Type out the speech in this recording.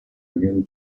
begin